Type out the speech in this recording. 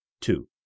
Two